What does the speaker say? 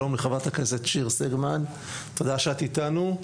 שלום לחברת הכנסת שיר סגמן, תודה שאת אתנו.